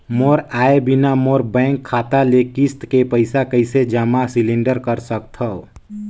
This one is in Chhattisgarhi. मोर आय बिना मोर बैंक खाता ले किस्त के पईसा कइसे जमा सिलेंडर सकथव?